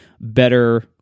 better